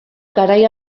garai